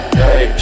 hey